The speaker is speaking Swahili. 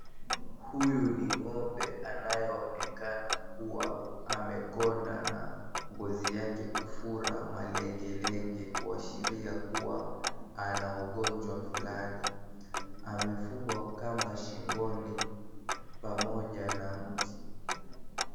Huyu ni ng'ombe anayeonekana kuwa amekonda na ngozi yake kufura malenge lenge kuashiria kuwa ana ugonjwa fulani , amefungwa kamba shingoni pamoja na mti.